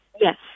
Yes